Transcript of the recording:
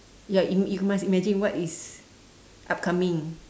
ya you you must imagine what is upcoming